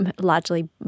largely